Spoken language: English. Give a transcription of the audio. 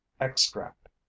extract